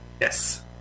Yes